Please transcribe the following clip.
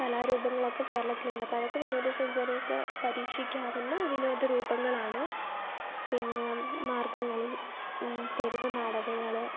കലാരൂപങ്ങളൊക്കെ കേരളത്തില് ഉണ്ട് അതൊക്കെ വിനോദ സഞ്ചാരികൾക്ക് പരീക്ഷിക്കാവുന്ന വിനോദ രൂപങ്ങളാണ് പിന്നെ മാർഗം കളി തെരുവ് നാടകങ്ങള്